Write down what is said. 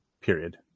Period